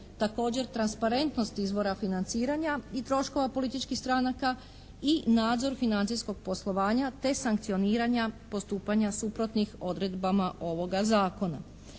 Također transparentnost izvora financiranja i troškova političkih stranaka i nadzor financijskog poslovanja te sankcioniranja postupanja suprotnih odredbama ovoga Zakona.